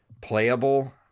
playable